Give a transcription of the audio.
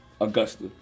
Augusta